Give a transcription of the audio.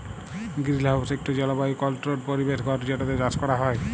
greenhouse ইকট জলবায়ু controlled পরিবেশ ঘর যেটতে চাষ ক্যরা হ্যয়